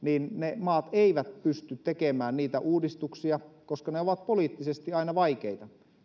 ne maat eivät pysty tekemään niitä uudistuksia koska ne ovat poliittisesti aina vaikeita